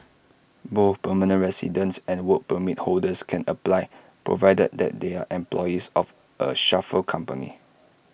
both permanent residents and Work Permit holders can apply provided that they are employees of A chauffeur company